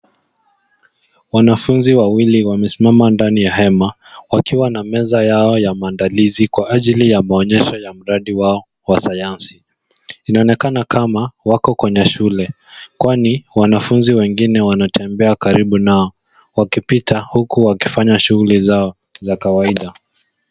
Wanafunzi wawili wamesimama ndani ya hema wakiwa na meza yao ya maandalizi kwa ajili ya maonyesho ya mradi wao wa Sayansi. Inaonekana kama wako kwenye shule kwani wanafunzi wanatembea karibu nao wakipita huku wakifanya shughuli zao za kawaida.